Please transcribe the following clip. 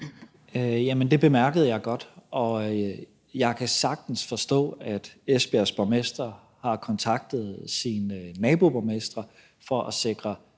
Det bemærkede jeg godt, og jeg kan sagtens forstå, at Esbjergs borgmester har kontaktet sine naboborgmestre for at sikre